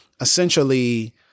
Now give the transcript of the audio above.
essentially